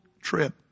trip